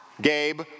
Gabe